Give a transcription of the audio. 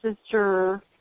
sister